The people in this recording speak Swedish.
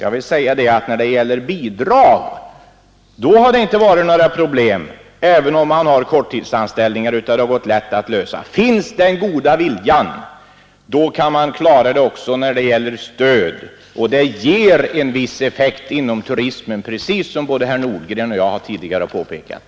När det gäller bidrag har det inte varit några problem även om det varit fråga om korttidsanställningar — då har det varit lätt att ordna saken. Finns den goda viljan, kan man klara problemen också när det gäller detta stöd. Sysselsättningsstödet kommer att ge en viss effekt också inom turismen, som både herr Nordgren och jag tidigare har påpekat.